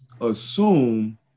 assume